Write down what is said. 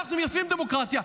אנחנו מיישמים דמוקרטיה.